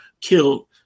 killed